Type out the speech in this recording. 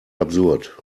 absurd